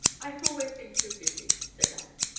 i have always been too busy, said i.